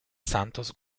santos